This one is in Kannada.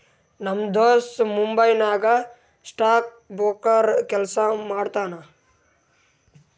ನಮ್ ದೋಸ್ತ ಮುಂಬೈ ನಾಗ್ ಸ್ಟಾಕ್ ಬ್ರೋಕರ್ ಕೆಲ್ಸಾ ಮಾಡ್ತಾನ